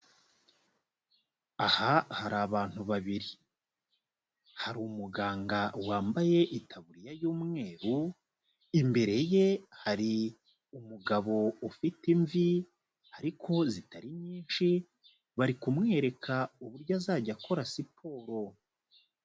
Aha hari abantu babiri. Hari umuganga wambaye itaburiya y'umweru, imbere ye hari umugabo ufite imvi ariko zitari nyinshi, bari kumwereka uburyo azajya akora siporo.